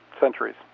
centuries